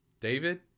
David